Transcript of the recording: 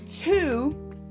Two